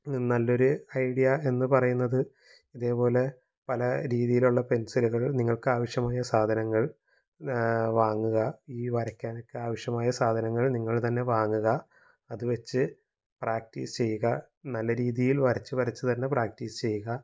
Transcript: നല്ലൊരു ഐഡിയ എന്ന് പറയുന്നത് ഇതേപോലെ പല രീതിയിലുള്ള പെൻസില്കൾ നിങ്ങൾക്കാവശ്യമായ സാധനങ്ങൾ വാങ്ങുക ഈ വരക്കാനൊക്കെ ആവശ്യമായ സാധനങ്ങൾ നിങ്ങൾ തന്നെ വാങ്ങുക അത് വച്ച് പ്രാക്റ്റീസ് ചെയ്യുക നല്ല രീതിയിൽ വരച്ച് വരച്ച് തന്നെ പ്രാക്റ്റീസ് ചെയ്യുക